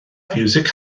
fiwsig